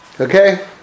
Okay